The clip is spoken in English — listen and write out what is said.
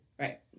Right